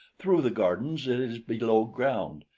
through the gardens it is below ground.